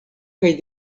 kaj